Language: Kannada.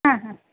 ಹಾಂ ಹಾಂ